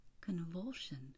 convulsion